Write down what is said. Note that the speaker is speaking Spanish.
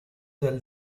del